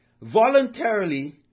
voluntarily